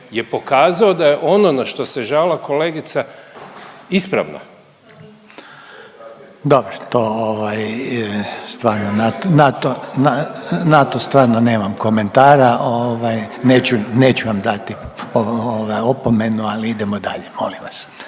je pokazao da je ono na što se žalila kolegica ispravno. **Reiner, Željko (HDZ)** Dobro to stvarno na to nemam stvarno komentara, neću vam dati opomenu ali idemo dalje molim vas.